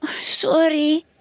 Sorry